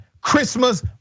Christmas